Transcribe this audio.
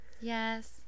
Yes